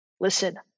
Listen